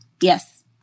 Yes